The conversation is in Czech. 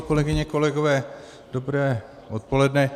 Kolegyně, kolegové, dobré odpoledne.